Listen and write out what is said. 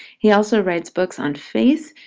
he also writes books on faith,